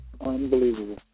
Unbelievable